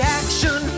action